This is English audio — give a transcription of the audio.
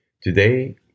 Today